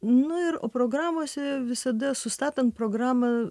nu ir o programose visada sustatant programą